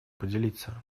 поделиться